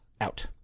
Out